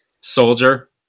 soldier